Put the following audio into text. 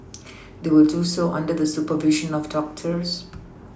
they will do so under the supervision of doctors